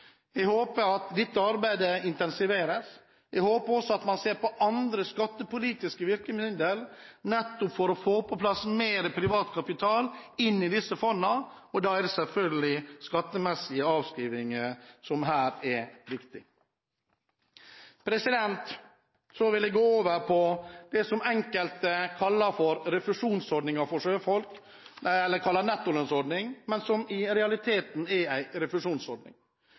Jeg håper at dette arbeidet intensiveres. Jeg håper også at man ser på andre skattepolitiske virkemidler for å få på plass mer privat kapital i disse fondene, og her er selvfølgelig skattemessig avskriving viktig. Så vil jeg gå over på det som enkelte kaller nettolønnsordning for sjøfolk, men som i realiteten er en refusjonsordning.